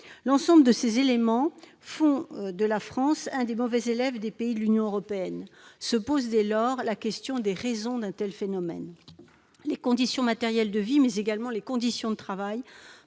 à celle des cadres. Tout cela fait de la France l'un des mauvais élèves des pays de l'Union européenne. Se pose dès lors la question des raisons d'un tel phénomène. Les conditions matérielles de vie, mais également les conditions de travail